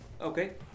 Okay